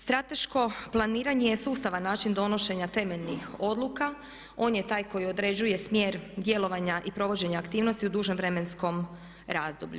Strateško planiranje je sustavan način donošenja temeljnih odluka, on je taj koji određuje smjer djelovanja i provođenja aktivnosti u dužem vremenskom razdoblju.